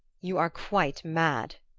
you are quite mad,